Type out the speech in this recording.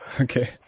Okay